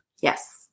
yes